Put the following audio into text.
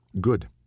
Good